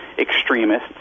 extremists